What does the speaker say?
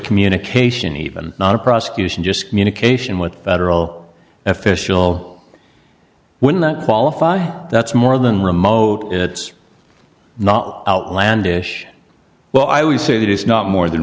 communication even not a prosecution just communication with federal official when that qualify that's more than remote it's not outlandish well i would say that is not more than